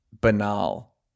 banal